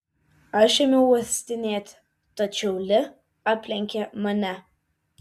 aš ėmiau uostinėti tačiau li aplenkė mane